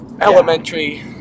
elementary